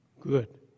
good